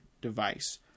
device